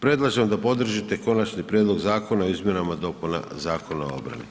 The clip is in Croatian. Predlažem da podržite Konačni prijedlog Zakona o izmjenama i dopunama Zakona o obrani.